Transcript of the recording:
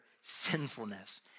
sinfulness